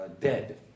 dead